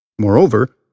Moreover